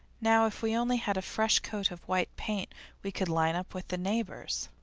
now if we only had a fresh coat of white paint we could line up with the neighbours.